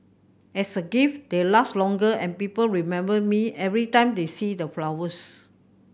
as a gift they last longer and people remember me every time they see the flowers